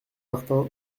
martin